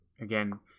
again